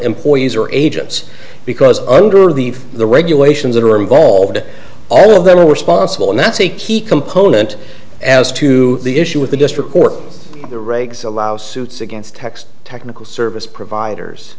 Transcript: employees or agents because under the the regulations that are involved all of them are responsible and that's a key component as to the issue with the district court the regs allow suits against text technical service providers